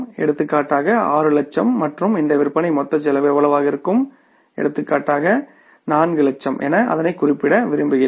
எடுத்துக்காட்டாக 6 லட்சம் மற்றும் இந்த விற்பனைக்கு மொத்த செலவு எவ்வளவாக இருக்கும் எடுத்துக்காட்டாக நான்கு லட்சம் என அதனை குறிப்பிட விரும்புகிறேன்